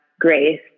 grace